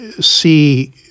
see